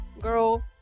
girl